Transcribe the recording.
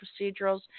procedurals